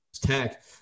Tech